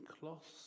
cloths